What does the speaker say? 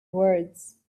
words